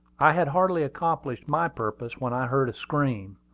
i had hardly accomplished my purpose when i heard a scream.